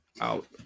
out